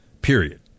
period